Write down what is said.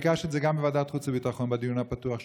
ביקשתי את זה גם בוועדת חוץ וביטחון בדיון הפתוח שהיה: